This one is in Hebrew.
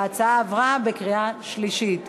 עבר בקריאה שלישית.